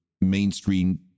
mainstream